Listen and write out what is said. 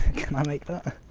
can i make that?